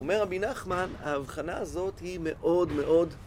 אומר רבי נחמן, ההבחנה הזאת היא מאוד מאוד...